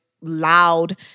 loud